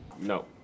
No